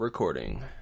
Recording